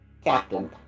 Captain